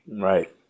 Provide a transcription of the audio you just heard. Right